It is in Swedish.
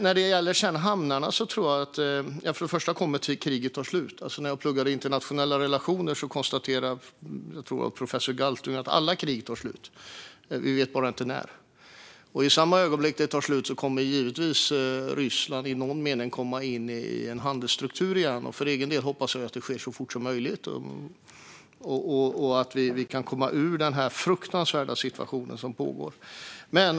När det gäller hamnarna kommer ju kriget, för det första, att ta slut. När jag pluggade internationella relationer konstaterade professor Galtung, tror jag att det var, att alla krig tar slut - vi vet bara inte när. I samma ögonblick som kriget tar slut kommer Ryssland givetvis i någon mening att komma in i en handelsstruktur igen. För egen del hoppas jag att det sker så fort som möjligt och att vi kan komma ur denna fruktansvärda situation som pågår.